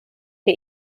der